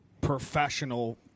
professional